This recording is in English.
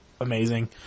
amazing